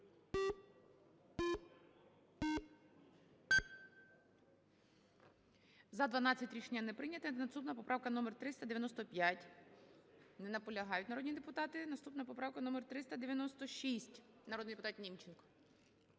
За-12 Рішення не прийнято. Наступна поправка номер 395. Не наполягають народні депутати. Наступна поправка номер 396. Народний депутат Німченко.